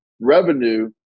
revenue